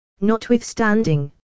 Notwithstanding